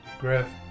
Griff